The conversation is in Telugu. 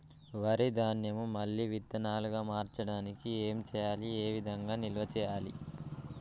వరి ధాన్యము మళ్ళీ విత్తనాలు గా మార్చడానికి ఏం చేయాలి ఏ విధంగా నిల్వ చేయాలి?